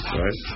right